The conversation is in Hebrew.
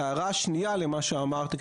ההערה השנייה למה שאמרת,